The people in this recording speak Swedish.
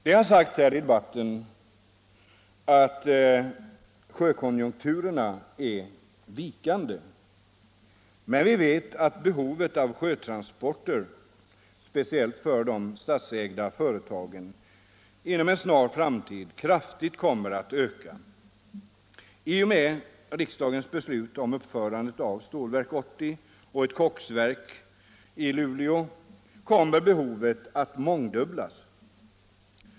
Det har sagts här i debatten att sjökonjunkturerna är vikande. Men vi vet att behovet av sjötransporter, speciellt för de statsägda företagen, inom en snar framtid kraftigt kommer att öka. I och med riksdagens beslut om uppförandet av Stålverk 80 och ett koksverk i Luleå kommer behovet att mångdubblas.